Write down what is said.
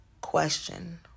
Question